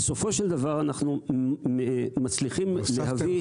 בסופו של דבר אנחנו מצליחים להביא --- הוספתם